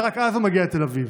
ורק אז הוא מגיע לתל אביב,